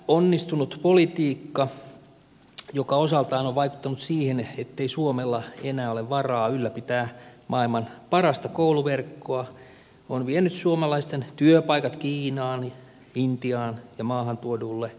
epäonnistunut politiikka joka osaltaan on vaikuttanut siihen ettei suomella enää ole varaa ylläpitää maailman parasta kouluverkkoa on vienyt suomalaisten työpaikat kiinaan intiaan ja maahan tuodulle halpatyövoimalle